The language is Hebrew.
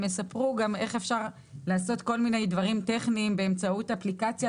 הם יספרו איך אפשר לעשות כל מיני דברים טכניים באמצעות אפליקציה.